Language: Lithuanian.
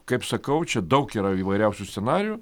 kaip sakau čia daug yra įvairiausių scenarijų